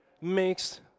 makes